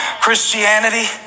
Christianity